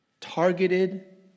targeted